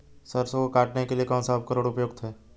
सरसों को काटने के लिये कौन सा उपकरण उपयुक्त है?